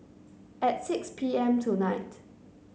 at six P M tonight